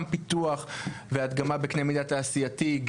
גם פיתוח והדגמה בקנה מידה תעשייתי,